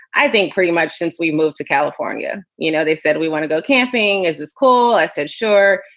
i think pretty much since we moved to california, you know, they said we want to go camping. is this cool? i said, sure.